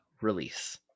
release